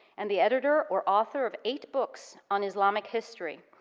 and the editor, or author of eight books on islamic history,